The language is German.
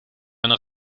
einer